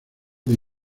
del